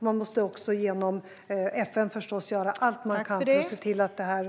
Man måste också genom FN förstås göra allt man kan för att se till att detta täcks.